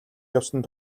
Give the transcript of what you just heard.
явсан